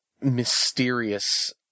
mysterious